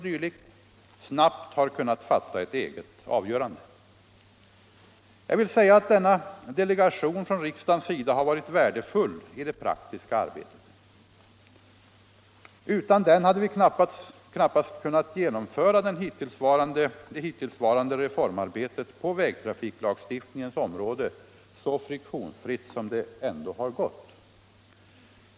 dyl., snabbt har kunnat fatta ett eget avgörande. Jag vill säga att denna delegation från riksdagens sida har varit värdefull i det praktiska arbetet. Utan den hade vi knappast kunnat genomföra det hittillsvarande reformarbetet på vägtrafiklagstiftningens område så friktionsfritt som det ändå har gått.